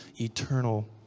eternal